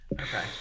Okay